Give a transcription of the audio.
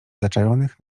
zaczajonych